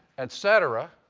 et cetera.